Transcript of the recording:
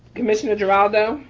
commissioner geraldo.